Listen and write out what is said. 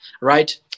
right